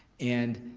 and